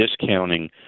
discounting